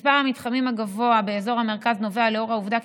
מספר המתחמים הגבוה באזור המרכז נובע מהעובדה כי